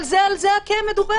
אבל על זה כן מדובר,